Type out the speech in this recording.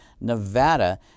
Nevada